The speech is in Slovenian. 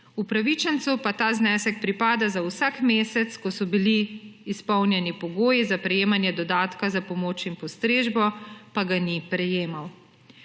upravičencu pa ta znesek pripada za vsak mesec, ko so bili izpolnjeni pogoji za prejemanje dodatka za pomoč in postrežbo, pa ga ni prejemal.